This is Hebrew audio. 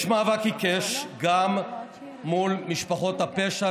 יש מאבק עיקש גם מול משפחות הפשע.